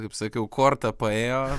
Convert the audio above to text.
kaip sakiau korta paėjo